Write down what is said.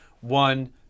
One